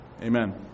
amen